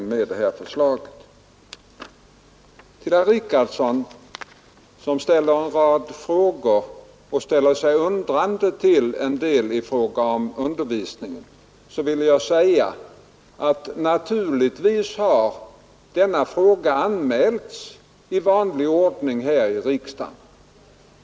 Till herr Richardson, som ställde en rad frågor och var undrande till en del i fråga om undervisningen, vill jag säga att naturligtvis har frågan om språkutbildningen anmälts i vanlig ordning här i riksdagen.